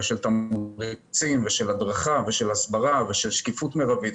תמריצים, הדרכה, הסברה ושקיפות מרבית.